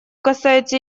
касается